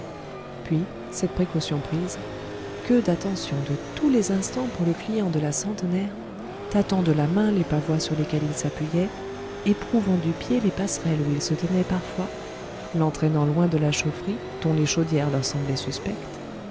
puis cette précaution prise que d'attentions de tous les instants pour le client de la centenaire tâtant de la main les pavois sur lesquels il s'appuyait éprouvant du pied les passerelles où il se tenait parfois l'entraînant loin de la chaufferie dont les chaudières leur semblaient suspectes